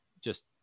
just-